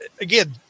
again